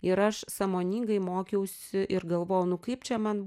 ir aš sąmoningai mokiausi ir galvojau nu kaip čia man